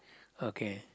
okay